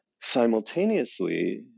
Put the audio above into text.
simultaneously